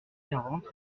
quarante